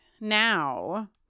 now